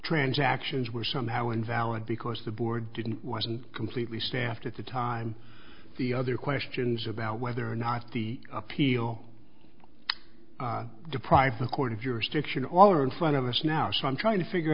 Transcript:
transactions were somehow invalid because the board didn't wasn't completely staffed at the time the other questions about whether or not the appeal deprive the court of jurisdiction all are in front of us now so i'm trying to figure